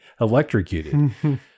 electrocuted